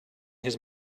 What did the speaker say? his